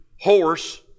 horse